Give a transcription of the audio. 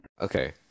Okay